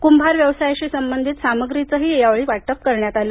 कुंभार व्यवसायाची संबंधित सामग्रीचंही यावेळी वाटप करण्यात आलं